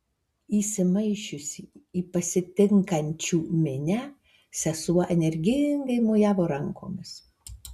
įsimaišiusi į pasitinkančių minią sesuo energingai mojavo rankomis